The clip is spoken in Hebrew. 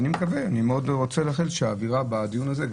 אני מקווה ומאוד מייחל שזה מה שיוביל את האווירה בדיון הזה.